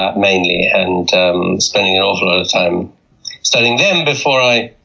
ah mainly. and spending an awful lot of time studying them before i,